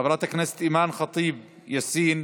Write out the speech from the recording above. חברת הכנסת אימאן ח'טיב יאסין,